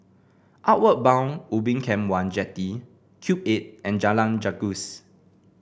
Outward Bound Ubin Camp one Jetty Cube Eight and Jalan Gajus